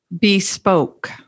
Bespoke